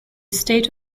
state